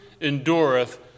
endureth